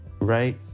right